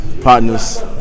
partners